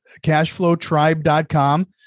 cashflowtribe.com